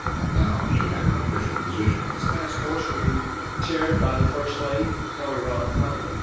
and now she had an official position. this task force will be chaired by the first lady, hillary rodham clinton.